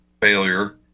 failure